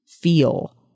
feel